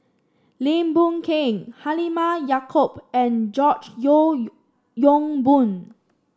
Lim Boon Keng Halimah Yacob and George Yeo Yong Boon